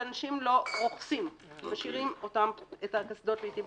אבל אנשים משאירים לעתים את הקסדות פתוחות.